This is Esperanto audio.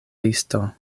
listo